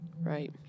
Right